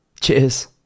Cheers